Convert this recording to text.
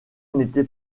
n’était